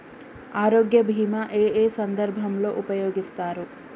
ఆరోగ్య బీమా ఏ ఏ సందర్భంలో ఉపయోగిస్తారు?